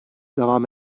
devam